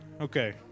Okay